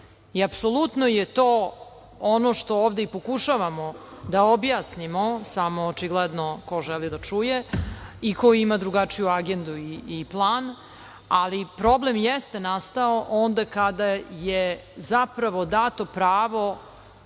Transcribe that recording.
Apsolutno je to ono što ovde i pokušavamo da objasnimo, samo očigledno ko želi da čuje i ko ima drugačiju agendu i plan, ali problem jeste nastao onda kada je zapravo dato pravo,